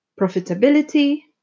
Profitability